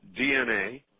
DNA